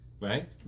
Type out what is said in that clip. right